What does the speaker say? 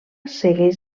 segueix